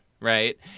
right